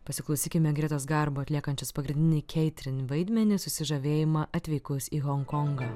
pasiklausykime gretos garbo atliekančius pagrindinį keitrin vaidmenį susižavėjimą atvykus į honkongą